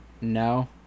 No